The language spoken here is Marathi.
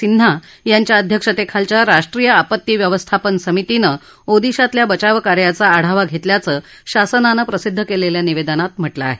सिन्हा यांच्या अध्यक्षतेखालच्या राष्ट्रीय आपत्ती व्यवस्थापन समितीनं ओदिशातल्या बचावकार्याचा आढावा घेतल्याचं शासनानं प्रसिद्ध केलेल्या निवेदनात म्हटलं आहे